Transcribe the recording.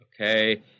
okay